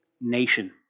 nation